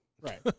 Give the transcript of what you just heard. Right